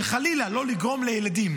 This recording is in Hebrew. חלילה לא לגרום לילדים,